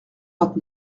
vingt